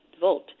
vote